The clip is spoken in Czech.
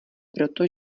proto